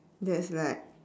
that's like